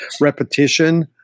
repetition